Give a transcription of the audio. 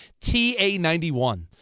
TA91